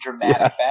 dramatic